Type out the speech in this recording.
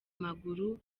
amaguru